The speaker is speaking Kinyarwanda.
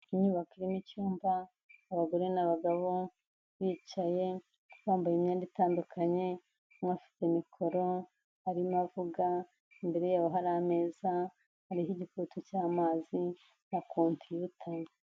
Inyubako irimo icyumba, abagore n'abagabo bicaye bambaye imyenda itandukanye, umwe afite mikoro, arimo avuga, imbere yabo hari ameza, hariho igikarito cy'amazi na komputa.